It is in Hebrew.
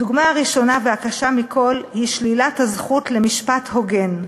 הדוגמה הראשונה והקשה מכול היא שלילת הזכות למשפט הוגן.